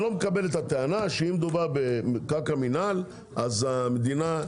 אני לא מקבל את הטענה שאם מדובר בקרקע מינהל אז המדינה.